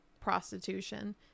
prostitution